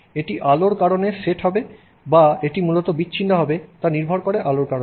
এটি আলোর কারণে সেট হবে বা এটি মূলত বিচ্ছিন্ন হবে তা নির্ভর করে আলোর কারণে